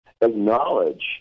acknowledge